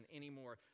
anymore